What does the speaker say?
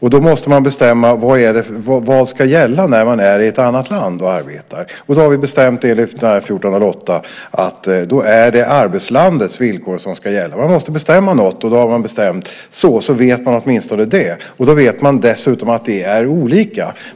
Vi måste alltså bestämma vad som ska gälla när någon arbetar i ett annat land, och enligt förordning 1408 har vi bestämt att arbetslandets villkor ska gälla. På så sätt vet man vad som gäller när villkoren är olika.